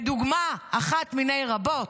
דוגמה אחת מני רבות: